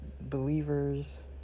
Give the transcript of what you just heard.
believers